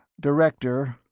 director.